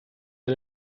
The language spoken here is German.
der